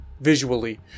visually